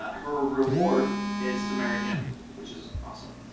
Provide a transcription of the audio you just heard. her reward is to marry him which is possum